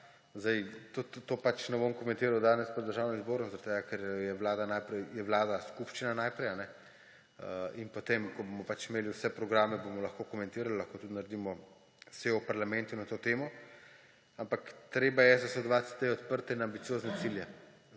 da, tega pač ne bom komentiral danes pred Državnim zborom zaradi tega, ker je Vlada najprej, skupščina najprej, in potem ko bomo imeli vse programe, bomo lahko komentirali. Lahko tudi naredimo sejo v parlamentu na to temo, ampak treba je zasledovati te odprte in ambiciozne cilje.